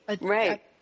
right